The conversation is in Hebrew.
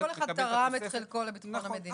אחד תרם את חלקו לביטחון המדינה.